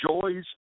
joys